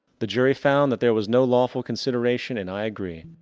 the jury found that there was no lawful consideration, and i agree.